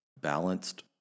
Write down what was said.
balanced